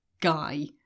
guy